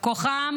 כוחם